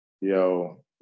yo